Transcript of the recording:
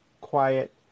quiet